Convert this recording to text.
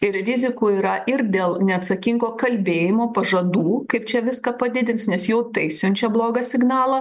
ir rizikų yra ir dėl neatsakingo kalbėjimo pažadų kaip čia viską padidins nes jau tai siunčia blogą signalą